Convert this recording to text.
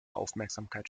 aufmerksamkeit